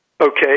Okay